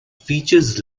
features